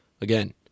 Again